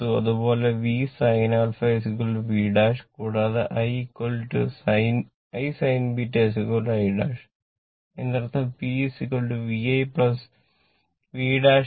അതുപോലെ V sin α v ' കൂടാതെ I sin β i' അതിനർത്ഥം P vi v i